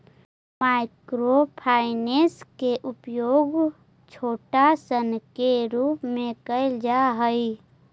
micro finance के उपयोग छोटा ऋण के रूप में कैल जा हई